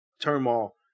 turmoil